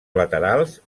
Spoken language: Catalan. laterals